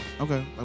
Okay